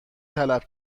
طلب